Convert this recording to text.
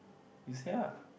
you say ah